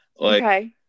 Okay